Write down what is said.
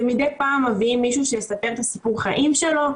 ומדי פעם מביאים מישהו שיספר את הסיפור חיים שלו,